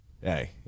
Hey